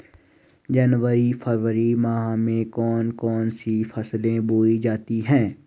जनवरी फरवरी माह में कौन कौन सी फसलें बोई जाती हैं?